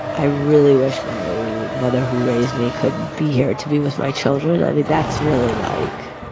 i really wish my mother who raised me could be here to be with my children. i mean that's really like,